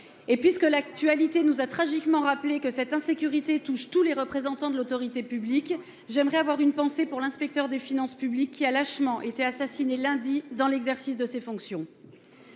Puisque l'actualité nous a tragiquement rappelé que cette insécurité touchait tous les représentants de l'autorité publique, j'aimerais avoir une pensée pour l'inspecteur des finances publiques qui a été lâchement assassiné lundi dans l'exercice de ses fonctions.